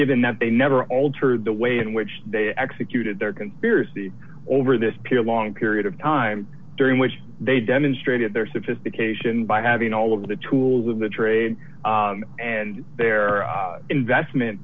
given that they never altered the way in which they executed their conspiracy over this period long period of time during which they demonstrated their sophistication by having all of the tools of the trade and their investment